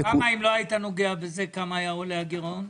בכמה אם לא היית נוגע בזה היה עולה הגרעון?